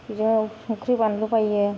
बेजोंनो संख्रि बानलु बायो